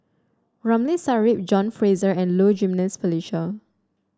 Ramli Sarip John Fraser and Low Jimenez Felicia